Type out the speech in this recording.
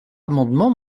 amendement